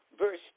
verse